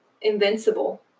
invincible